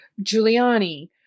Giuliani